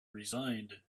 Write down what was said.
resigned